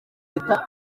leta